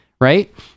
Right